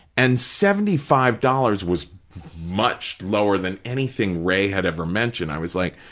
and seventy five dollars was much lower than anything ray had ever mentioned. i was like,